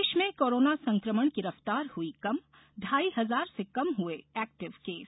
प्रदेश में कोरोना संकमण की रफ्तार हुई कम ढ़ाई हजार से कम हुए एक्टिव केस